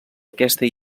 aquesta